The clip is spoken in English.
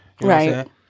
Right